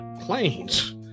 planes